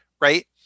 right